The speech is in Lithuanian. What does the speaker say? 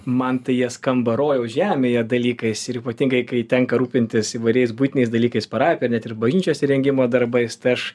man tai jie skamba rojaus žemėje dalykais ir ypatingai kai tenka rūpintis įvairiais buitiniais dalykais parapija ar net ir bažnyčios įrengimo darbais tai aš